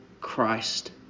Christ